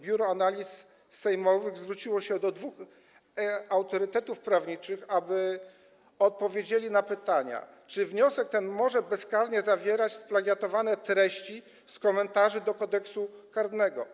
Biuro Analiz Sejmowych zwróciło się do dwóch autorytetów prawniczych, aby odpowiedzieli na pytania, czy wniosek ten może bezkarnie zawierać splagiatowane treści z komentarzy do Kodeksu karnego.